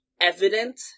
evident